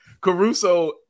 Caruso